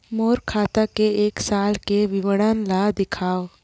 मोर खाता के एक साल के विवरण ल दिखाव?